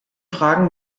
fragen